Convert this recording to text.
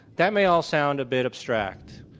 that may all sound a bit abstract.